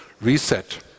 Reset